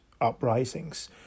uprisings